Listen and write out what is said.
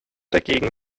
dagegen